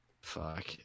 fuck